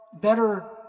better